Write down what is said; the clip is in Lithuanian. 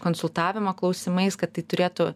konsultavimo klausimais kad tai turėtų